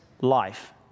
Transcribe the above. life